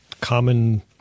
common